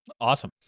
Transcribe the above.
Awesome